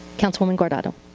councilwoman guardado